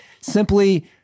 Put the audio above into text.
Simply